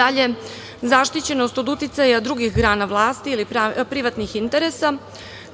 dalje, zaštićenost od uticaja drugih grana vlasti ili privatnih interesa,